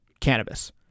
cannabis